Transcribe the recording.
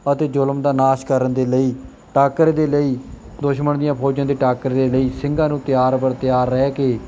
ਅਤੇ ਜ਼ੁਲਮ ਦਾ ਨਾਸ਼ ਕਰਨ ਦੇ ਲਈ ਟਾਕਰੇ ਦੇ ਲਈ ਦੁਸ਼ਮਣ ਦੀਆਂ ਫੌਜਾਂ ਦੇ ਟਾਕਰੇ ਦੇ ਲਈ ਸਿੰਘਾਂ ਨੂੰ ਤਿਆਰ ਬਰ ਤਿਆਰ ਰਹਿ ਕੇ